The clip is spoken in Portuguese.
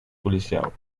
policial